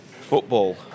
Football